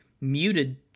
muted